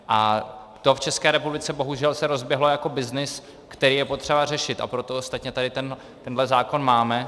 A to se v České republice bohužel rozběhlo jako byznys, který je potřeba řešit, a proto ostatně tady tenhle zákon máme.